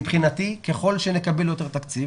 מבחינתי ככל שנקבל יותר תקציב,